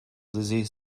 lizzie